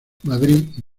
madrid